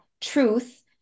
truth